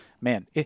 man